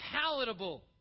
palatable